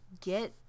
get